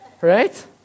Right